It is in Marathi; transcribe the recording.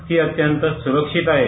ती अत्यंत सुरक्षित आहे